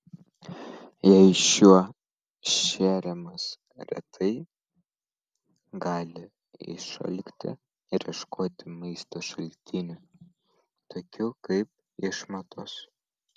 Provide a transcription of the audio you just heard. jei šuo šeriamas retai gali išalkti ir ieškoti maisto šaltinių tokių kaip išmatos